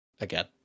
again